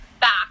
Back